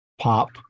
pop